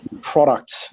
product